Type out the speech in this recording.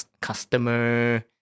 customer